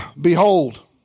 Behold